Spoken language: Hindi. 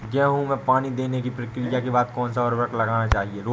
गेहूँ में पानी देने की प्रक्रिया के बाद कौन सा उर्वरक लगाना चाहिए?